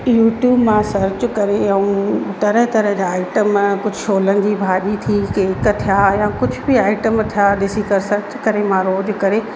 YouTube मां search करे ऐं तरह तरह जा आइटम कुझु छोलनि जी भाॼी थी केक थिया या कुझु बि आइटम थिया ॾिसी करे सर्च करे मां रोज़ु करे